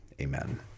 Amen